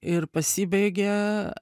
ir pasibaigė